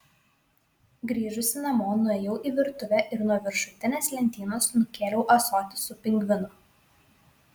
grįžusi namo nuėjau į virtuvę ir nuo viršutinės lentynos nukėliau ąsotį su pingvinu